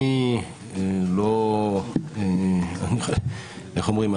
אני לא, איך אומרים?